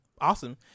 Awesome